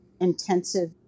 intensive